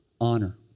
honor